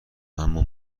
اما